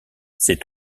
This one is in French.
ces